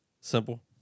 Simple